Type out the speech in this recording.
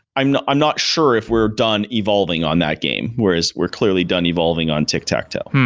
i'm not i'm not sure if we're done evolving on that game, whereas we're clearly done evolving on tic-tac-toe.